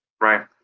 Right